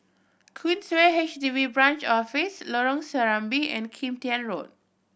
Queensway H D B Branch Office Lorong Serambi and Kim Tian Road